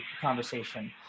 conversation